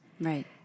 Right